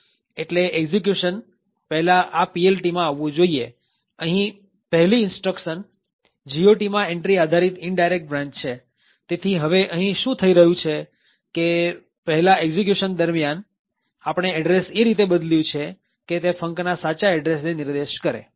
એટલે એક્ષિક્યુશન પહેલા આ PLTમાં આવવું જોઈએ અહી પહેલી instruction GOTમાં એન્ટ્રી આધારિત ઇનડાયરેકટ બ્રાંચ છે તેથી હવે અહી શું થઇ રહ્યું છે કે પહેલા એક્ષિક્યુશન દરમ્યાન આપણે એડ્રેસ એ રીતે બદલ્યું છે કે તે func ના સાચા એડ્રેસને નિર્દેશ કરે